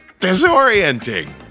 disorienting